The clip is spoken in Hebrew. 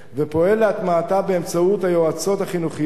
ופועל להטמעתה באמצעות היועצות החינוכיות